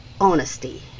honesty